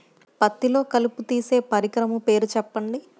పత్తిలో కలుపు తీసే పరికరము పేరు చెప్పండి